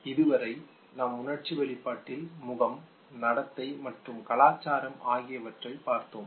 இதுவரை நாம் உணர்ச்சி வெளிப்பாட்டில் முகம் நடத்தை மற்றும் கலாச்சாரம் ஆகியவற்றைப் பார்த்தோம்